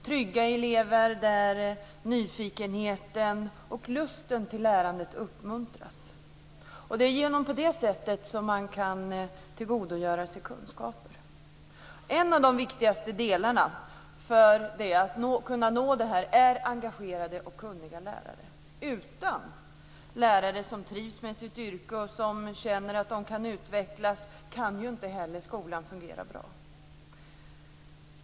Trygga elever gör att nyfikenheten och lusten till lärandet uppmuntras. Det är på det sättet de kan tillgodogöra sig kunskaper. En av de viktigaste delarna för att kunna nå det är engagerade och kunniga lärare. Utan lärare som trivs med sitt yrke och som känner att de kan utvecklas kan inte heller skolan fungera bra.